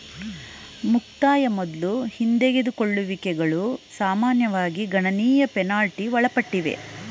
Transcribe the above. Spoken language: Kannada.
ಮುಕ್ತಾಯ ಮೊದ್ಲು ಹಿಂದೆಗೆದುಕೊಳ್ಳುವಿಕೆಗಳು ಸಾಮಾನ್ಯವಾಗಿ ಗಣನೀಯ ಪೆನಾಲ್ಟಿ ಒಳಪಟ್ಟಿವೆ